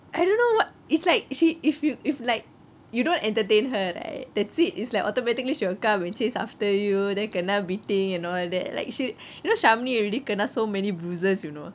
I don't know what it's like she if you if like you don't entertain her right that's it it's like automatically she will come and chase after you then kena beating and all that you know shamini already kena so many bruises you know